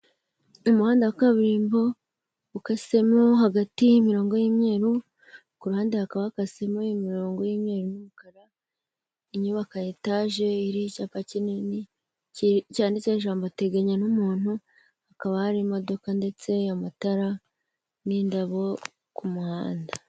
Umuhanda wa kaburimbo ukasemo hagati y'imirongo y'imyeru ku ruhande hakaba ha kasemo imirongo y'iyeri n'umukara, inyubako etaje iriho icyapa kinini cyanditse ijambo riteganye n'umuntu hakaba hari imodoka, ndetse amatara n'indabo ku muhanda.